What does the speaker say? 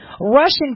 Russian